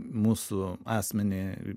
mūsų asmenį